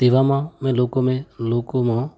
તેવામાં મેં લોકોમાં લોકોમાં